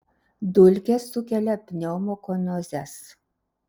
dulkės sukelia pneumokoniozes